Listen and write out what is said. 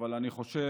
אבל אני חושב